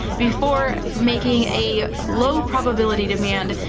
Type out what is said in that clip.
before making a low probability demand,